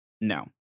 No